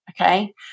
Okay